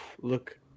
look